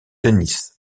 dennis